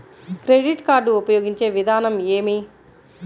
Credit card ఉపయోగించే విధానం ఏమి?